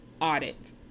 audit